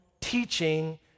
teaching